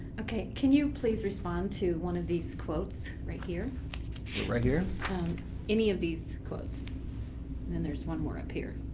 okay, can you please respond to one of these quotes right here right here any of these quotes and then there's one more up here.